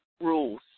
rules